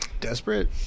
Desperate